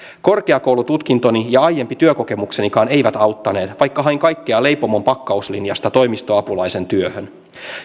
korkeakoulututkintoni ja aiempi työkokemuksenikaan eivät auttaneet vaikka hain kaikkea leipomon pakkauslinjalta toimistoapulaisen työhön